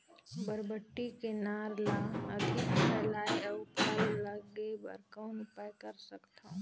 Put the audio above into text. बरबट्टी के नार ल अधिक फैलाय अउ फल लागे बर कौन उपाय कर सकथव?